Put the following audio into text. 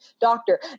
doctor